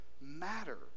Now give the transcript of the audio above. matter